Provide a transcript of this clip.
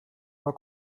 war